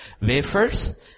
wafers